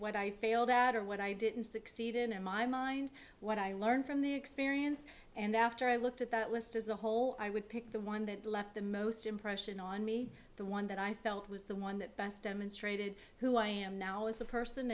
what i failed at or what i didn't succeed in in my mind what i learned from the experience and after i looked at that list as a whole i would pick the one that left the most impression on me the one that i felt was the one that best demonstrated who i am now as a person